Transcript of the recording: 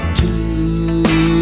two